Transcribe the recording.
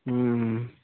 ও